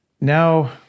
Now